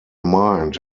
mind